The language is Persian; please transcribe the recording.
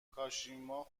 کاشیما